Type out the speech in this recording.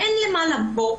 ואין למה לבוא,